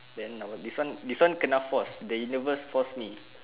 then our this one this one kena forced the universe forced me